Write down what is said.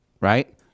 right